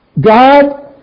God